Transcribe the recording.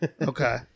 Okay